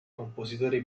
compositori